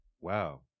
wow